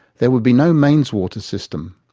there would be no mains water system.